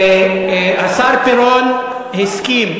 תירגע, נסים,